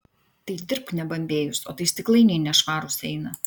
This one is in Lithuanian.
tai dirbk nebambėjus o tai stiklainiai nešvarūs eina